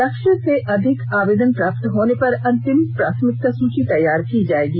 लक्ष्य से अधिक आवेदन प्राप्त होने पर अंतिम प्राथमिकता सूची तैयार की जाएगी